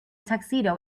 tuxedo